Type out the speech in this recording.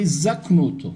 חיזקנו אותו,